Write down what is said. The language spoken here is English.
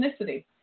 ethnicity